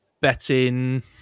betting